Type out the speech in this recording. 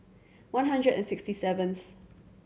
one hundred and sixty seventh